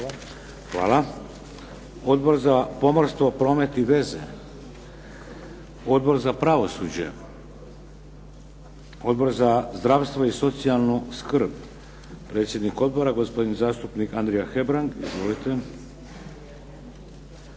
Hvala. Odbor za pomorstvo, promet i veze? Odbor za pravosuđe? Odbor za zdravstvo i socijalnu skrb, predsjednik odbora, gospodin zastupnik Andrija Hebrang. Izvolite.